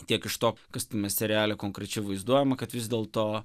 tiek iš to kas tame seriale konkrečiai vaizduojama kad vis dėlto